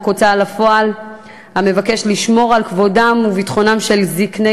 ההוצאה לפועל המבקש לשמור על כבודם וביטחונם של זקני